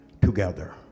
together